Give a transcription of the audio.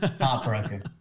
Heartbroken